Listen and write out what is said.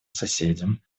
соседям